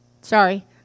Sorry